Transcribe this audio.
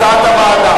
על-פי הצעת הוועדה,